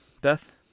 Beth